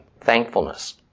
thankfulness